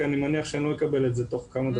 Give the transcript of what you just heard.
כי אני מניח שאני לא אקבל את זה תוך כמה דקות.